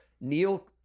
Neil